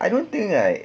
I don't think right